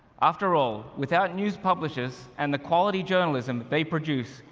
after all, without news publishers and the quality journalism they produce,